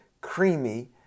creamy